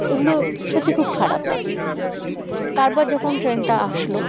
এগুলো সত্যি খুব খারাপ লাগে তারপর যখন ট্রেনটা আসলো